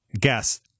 Guess